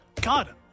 God